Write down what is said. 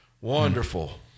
Wonderful